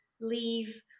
leave